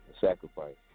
Sacrifice